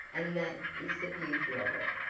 and that is the beauty of it.